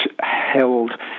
held